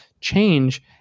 change